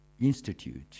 institute